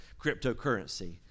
cryptocurrency